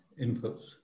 inputs